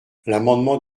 l’amendement